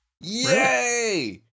Yay